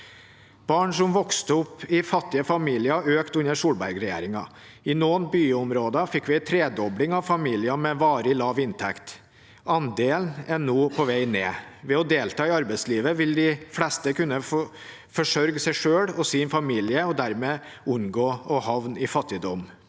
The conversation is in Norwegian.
barn som vokser opp i fattige familier, økte under Solberg-regjeringen. I noen byområder fikk vi en tredobling av familier med varig lav inntekt. Andelen er nå på vei ned. Ved å delta i arbeidslivet vil de fleste kunne forsørge seg selv og sin familie og dermed unngå å havne i fattigdom.